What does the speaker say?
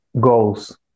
goals